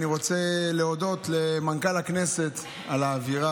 אני רוצה להודות למנכ"ל הכנסת על האווירה